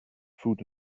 food